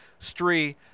Stree